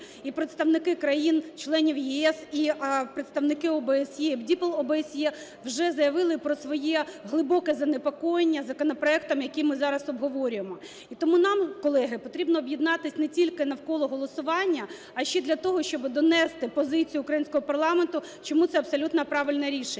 і представники країн-членів ЄС, і представники ОБСЄ, БДІПЛ ОБСЄ вже заявили про своє глибоке занепокоєння законопроектом, який ми зараз обговорюємо. І тому нам, колеги, потрібно об'єднатись не тільки навколо голосування, а ще для того, щоб донести позицію українського парламенту, чому це абсолютно правильне рішення.